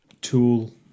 Tool